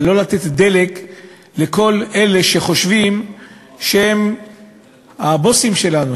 אבל לא לתת דלק לכל אלה שחושבים שהם הבוסים שלנו,